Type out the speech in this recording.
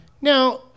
Now